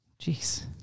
jeez